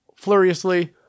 Fluriously